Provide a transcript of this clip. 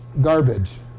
garbage